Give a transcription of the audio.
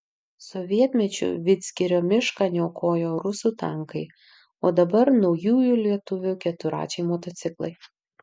sovietmečiu vidzgirio mišką niokojo rusų tankai o dabar naujųjų lietuvių keturračiai motociklai